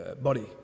body